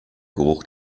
geruch